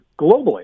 globally